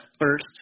first